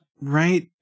Right